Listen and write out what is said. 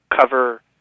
cover